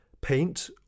paint